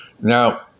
Now